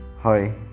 Hi